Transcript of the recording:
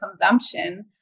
consumption